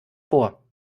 vor